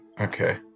Okay